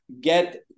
get